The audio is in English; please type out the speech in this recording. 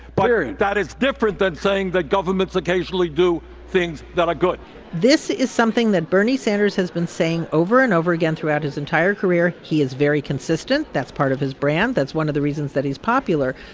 but that is different than saying that governments occasionally do things that are good this is something that bernie sanders has been saying over and over again throughout his entire career. he is very consistent. that's part of his brand. that's one of the reasons that he's popular,